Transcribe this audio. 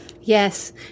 Yes